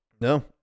No